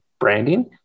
branding